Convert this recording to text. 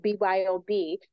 byob